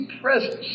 presence